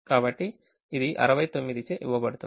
కాబట్టి ఇది 69 చే ఇవ్వబడుతుంది